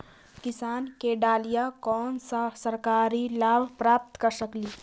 किसान के डालीय कोन सा सरकरी लाभ प्राप्त कर सकली?